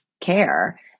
care